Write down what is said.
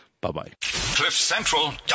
Bye-bye